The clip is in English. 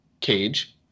cage